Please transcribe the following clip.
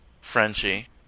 Frenchie